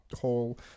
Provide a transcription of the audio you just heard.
whole